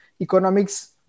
economics